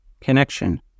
connection